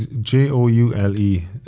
J-O-U-L-E